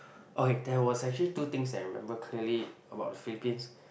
okay there was actually two things that I remember clearly about Philippines